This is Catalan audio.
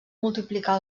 multiplicar